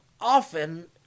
often